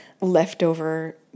leftover